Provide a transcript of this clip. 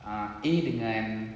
ah A dengan